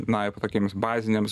na tokiems baziniams